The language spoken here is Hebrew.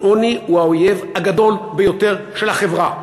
עוני הוא האויב הגדול ביותר של החברה,